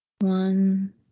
One